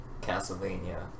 Castlevania